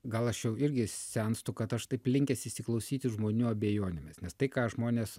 gal aš jau irgi senstu kad aš taip linkęs įsiklausyti žmonių abejonėmis nes tai ką žmonės